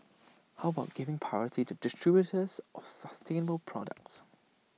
how about giving priority to distributors of sustainable products